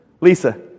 Lisa